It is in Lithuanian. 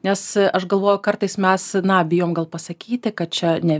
nes aš galvoju kartais mes na bijom gal pasakyt kad čia ne